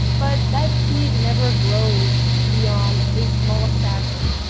but that seed never grows beyond a small sapling.